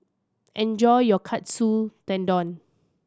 enjoy your Katsu Tendon